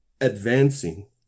advancing